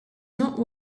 not